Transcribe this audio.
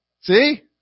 See